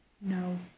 No